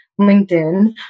LinkedIn